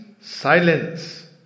silence